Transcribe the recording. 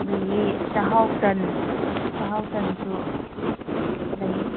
ꯑꯗꯒꯤ ꯆꯥꯛꯍꯥꯎ ꯇꯟ ꯆꯥꯛꯍꯥꯎ ꯇꯟꯁꯨ ꯂꯩ